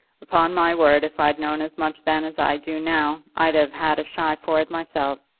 upon my word, if i'd known as much then as i do now, i'd have had a shy for it myself.